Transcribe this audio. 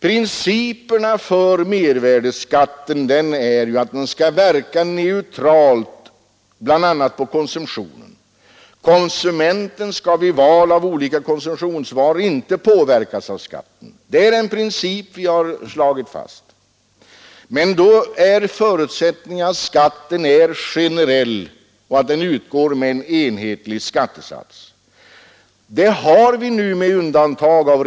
Principen för mervärdeskatten är att den skall verka neutralt, bl.a. på konsumtionen. Konsumenten skall vid val av olika konsumtionsvaror inte påverkas av skatten. Det är den princip vi har slagit fast. Men då är förutsättningen att skatten är generell och att den Så är det nu, med undantag för utgår med en enhetlig skattesats.